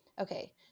okay